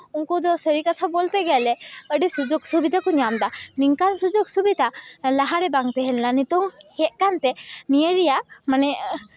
ᱩᱱᱠᱩ ᱫᱚ ᱥᱟᱹᱨᱤ ᱠᱟᱛᱷᱟ ᱵᱚᱞᱛᱮ ᱜᱮᱞᱮ ᱟᱹᱰᱤ ᱥᱩᱡᱳᱜᱽ ᱥᱩᱵᱤᱫᱷᱟ ᱠᱚ ᱧᱟᱢᱮᱫᱟ ᱱᱤᱝᱠᱟᱱ ᱥᱩᱡᱳᱜᱽ ᱥᱩᱵᱤᱫᱟ ᱞᱟᱦᱟᱨᱮ ᱵᱟᱝ ᱛᱟᱦᱮᱸ ᱞᱮᱱᱟ ᱱᱤᱛᱚᱜ ᱦᱮᱡ ᱠᱟᱱᱛᱮ ᱱᱤᱭᱟᱹ ᱨᱮᱭᱟᱜ ᱢᱟᱱᱮ